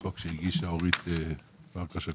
חוק שהגישה אורית פרקש הכהן.